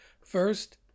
First